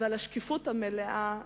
ועל השקיפות מלאה,